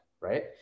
right